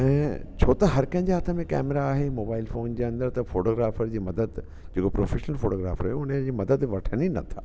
ऐं छो त हर कंहिंजें हथ में कैमरा आहे मोबाइल फ़ोन जे अंदर त फ़ोटोग्राफ़र जी मदद जेको प्रोफेशनल फ़ोटोग्राफ़र हुयो उनजी मदद वठनि ई नथा